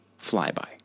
flyby